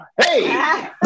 Hey